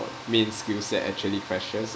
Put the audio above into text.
main skill set actually crashes